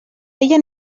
ella